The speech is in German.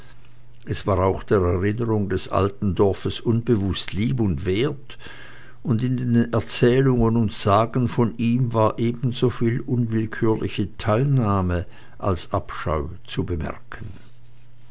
es war auch der erinnerung des alten dorfes unbewußt lieb und wert und in den erzählungen und sagen von ihm war ebensoviel unwillkürliche teilnahme als abscheu zu bemerken